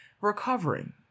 recovering